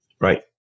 Right